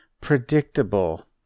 predictable